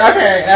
Okay